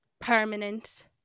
permanent